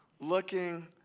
looking